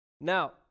Now